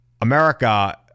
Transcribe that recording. America